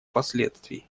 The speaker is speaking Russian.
последствий